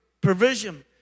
provision